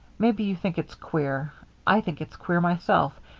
maybe you think it's queer i think it's queer myself,